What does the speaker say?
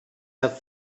have